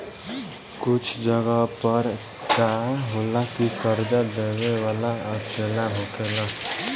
कुछ जगह पर का होला की कर्जा देबे वाला अकेला होखेला